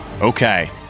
Okay